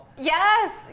yes